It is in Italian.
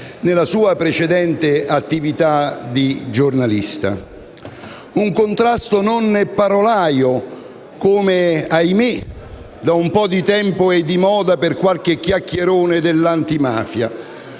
nella sua precedente attività di giornalista - un contrasto non parolaio, come quello che, ahimè, da un po' di tempo è di moda, per qualche chiacchierone dell'antimafia